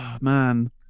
man